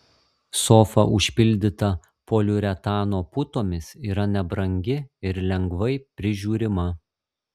sofa užpildyta poliuretano putomis yra nebrangi ir lengvai prižiūrima